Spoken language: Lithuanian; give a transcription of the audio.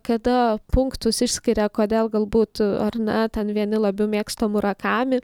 kada punktus išskiria kodėl galbūt ar ne ten vieni labiau mėgsta murakamį